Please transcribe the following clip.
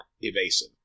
evasive